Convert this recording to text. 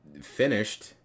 finished